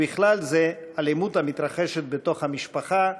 ובכלל זה אלימות המתרחשת בתוך המשפחה,